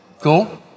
Cool